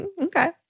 Okay